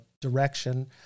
direction